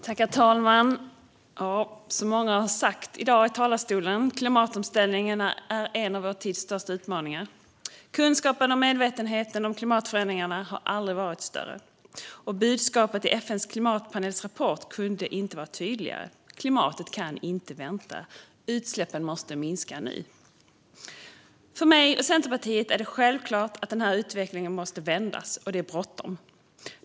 Herr talman! Precis som många har sagt i dag i talarstolen är klimatomställningen en av vår tids största utmaningar. Kunskapen och medvetenheten om klimatförändringarna har aldrig varit större. Budskapet i FN:s klimatpanels rapport kunde inte vara tydligare, nämligen att klimatet inte kan vänta. Utsläppen måste minska nu. För mig och Centerpartiet är det självklart att utvecklingen måste vändas och att det är bråttom.